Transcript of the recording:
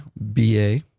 BA